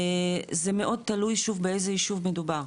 זה מאוד תלוי, שוב, באיזה יישוב מדובר,